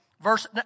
verse